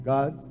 God